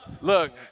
Look